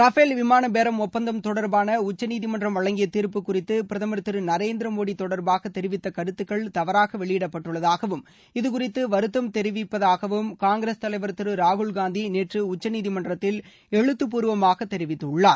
Rafale விமானபேரம் ஒப்பந்தம் தொடர்பான உச்சநீதிமன்றம் வழங்கிய தீர்ப்பு குறித்து பிரதமர் திரு நரேந்திரமோடி தொடர்பாக தெரிவித்த கருத்துக்கள் தவறாக வெளியிடப்பட்டுள்ளதாகவும் இது குறித்து வருத்தம் தெரிவிப்பதாகவும் காங்கிரஸ் தலைவர் திரு ராகுல் காந்தி நேற்று உச்சநீதிமன்றத்தில் எழுத்து பூர்வமாக தெரிவித்துள்ளார்